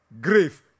Grief